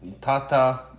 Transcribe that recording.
Tata